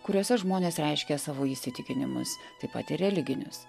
kuriose žmonės reiškia savo įsitikinimus taip pat ir religinius